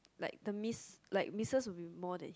like the miss like missed will be more than hit